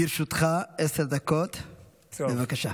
לרשותך עשר דקות, בבקשה.